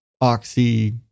Oxy